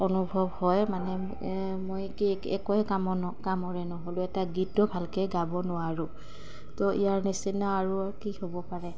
অনুভৱ হয় মানে মই কি একোৱে কামৰ ন কামোৰে নহ'লোঁ এটা গীতো ভালকৈ গাব নোৱাৰোঁ তো ইয়াৰ নিচিনা আৰু কি হ'ব পাৰে